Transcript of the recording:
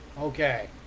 Okay